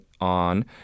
on